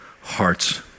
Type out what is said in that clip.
hearts